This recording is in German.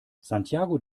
santiago